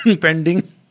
pending